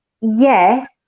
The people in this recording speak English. yes